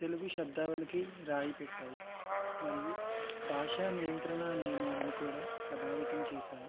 తెలుగు శబ్దానికి రాయి పెట్టాయి భాషా నియంత్రణ నియమాలను కూడా ప్రభావితం చేశాయి